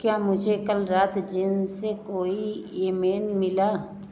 क्या मुझे कल रात जैन से कोई ईमेल मिला